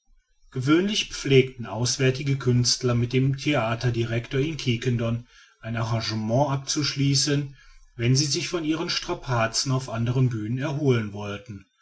gewöhnlich pflegten auswärtige künstler mit dem theaterdirector in quiquendone ein engagement abzuschließen wenn sie sich von ihren strapazen auf anderen bühnen erholen wollten